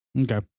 Okay